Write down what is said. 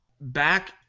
back